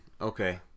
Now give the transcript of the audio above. Okay